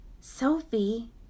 Sophie